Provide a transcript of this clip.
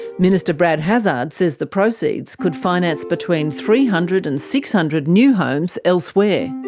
minister brad hazzard says the proceeds could finance between three hundred and six hundred new homes elsewhere.